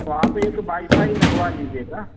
तो आप एक बाई फाई लगवा लीजिएगा